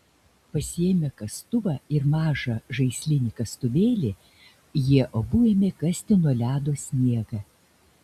pasiėmę kastuvą ir mažą žaislinį kastuvėlį jie abu ėmė kasti nuo ledo sniegą